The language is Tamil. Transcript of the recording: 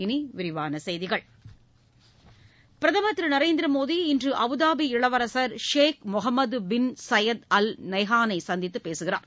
இனி விரிவான செய்திகள் பிரதமர் திரு நரேந்திர மோடி இன்று அபுதாபி இளவரசர் Sheikh Mohammed bin Zayed Al Nahyan ஐ சந்தித்து பேசுகிறார்